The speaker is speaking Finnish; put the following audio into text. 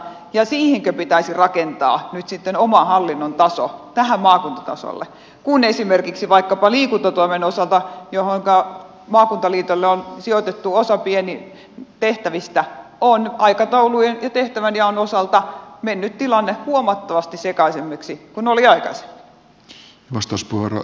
ja siihenkö pitäisi rakentaa nyt oma hallinnontaso tähän maakuntatasolle kun esimerkiksi liikuntatoimen osalta johonka maakuntaliitolle on sijoitettu pieni osa tehtävistä on aikataulujen ja tehtävänjaon osalta mennyt tilanne huomattavasti sekaisammaksi kuin oli aikaisemmin